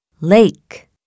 Lake